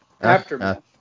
Aftermath